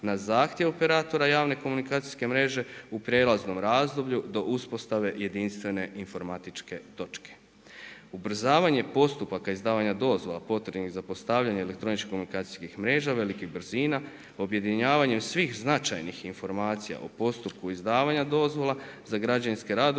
na zahtjev operatora javne komunikacijske mreže u prijelaznom razdoblju do uspostave jedinstvene informatičke točke. Ubrzavanje postupaka izdavanja dozvola potrebnih za postavljanje elektroničkih komunikacijskih mreža velikih brzina, objedinjavanjem svih značajnih informacija o postupku izdavanja dozvola za građevinske radove